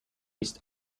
ist